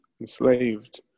enslaved